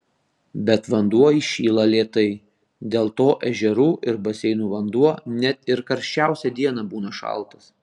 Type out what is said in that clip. bet vanduo įšyla lėtai dėl to ežerų ir baseinų vanduo net ir karščiausią dieną būna šaltas